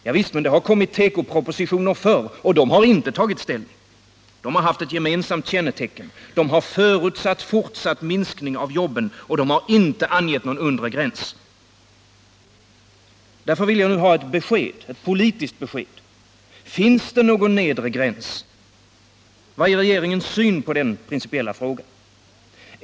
Javisst, men det har kommit tekopropositioner förr, och de har inte tagit ställning. De har haft ett gemensamt kännetecken: de har förutsatt fortsatt minskning av jobben, och 101 de har inte angett någon undre gräns. Därför vill jag nu ha ett besked, ett politiskt besked: Finns det någon nedre gräns? Vad är regeringens syn på den principiella frågan?